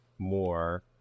more